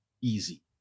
easy